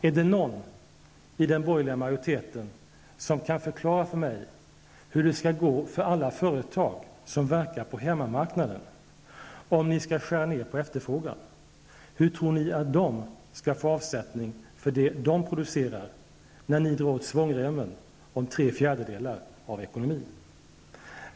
Är det någon i den borgerliga majoriteten som kan förklara för mig hur det skall gå för alla företag som verkar på hemmamarknaden om ni skall skära ner på efterfrågan? Hur tror ni att de skall få avsättning för det som de producerar när ni drar åt svångremmen om tre fjärdedelar av ekonomin?